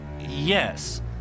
Yes